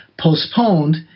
postponed